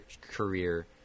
career